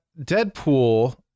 Deadpool